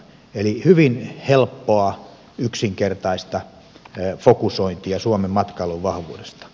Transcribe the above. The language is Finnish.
eli hyvin helppoa yksinkertaista fokusointia suomen matkailun vahvuudesta